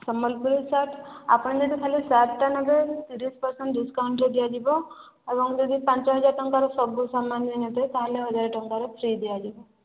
Sambalpuri shirt ଆପଣ ଯଦି ଖାଲି ସାର୍ଟଟା ନବେ ତିରିଶ ପରସେଣ୍ଟ ଡିସକାଉଣ୍ଟରେ ଦିଆଯିବ ଆଉ ଯଦି ପାଞ୍ଚ ହଜାର ଟଙ୍କାର ସବୁ ସାମାନ ନେବେ ତାହେଲେ ହଜାର ଟଙ୍କାର ଫ୍ରି ଦିଆଯିବ